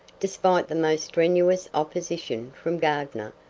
despite the most strenuous opposition from gardner,